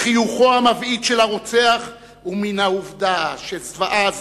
מחיוכו המבעית של הרוצח ומהעובדה שזוועה